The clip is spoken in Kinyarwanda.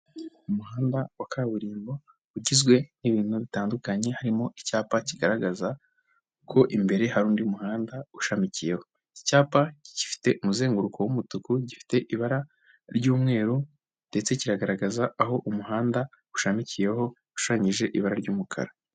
Umuhanda wa kaburimbo ugizwe n'ibintu bitandukanye, harimo icyapa kigaragaza ko imbere hari undi muhanda ushamikiyeho, iki cyapa gifite umuzenguruko w'umutuku, gifite ibara ry'umweru ndetse kiragaragaza aho umuhanda ushamikiyeho, ushushanyije ibara ry'umukara.